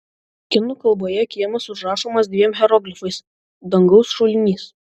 kinų kalboje kiemas užrašomas dviem hieroglifais dangaus šulinys